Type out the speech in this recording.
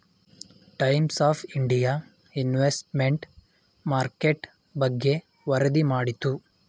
times of India investment market ಬಗ್ಗೆ ವರದಿ ಮಾಡಿತು